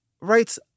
writes